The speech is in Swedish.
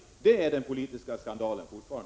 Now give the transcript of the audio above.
Detta är fortfarande den politiska skandalen.